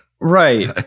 right